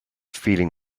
feeling